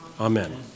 Amen